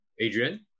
Adrian